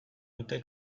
dute